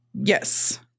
Yes